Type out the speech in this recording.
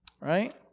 right